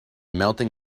melting